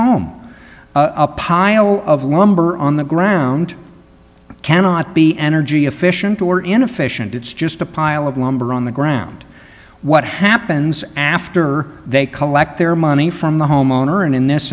home a pile of lumber on the ground cannot be energy efficient or inefficient it's just a pile of lumber on the ground what happens after they collect their money from the homeowner and in this